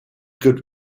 good